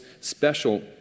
special